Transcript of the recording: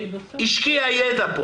השקיעה פה ידע,